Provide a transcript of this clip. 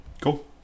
Cool